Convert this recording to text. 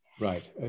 Right